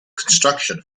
construction